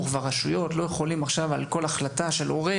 והרשויות לא יכולים על כל החלטה של הורה,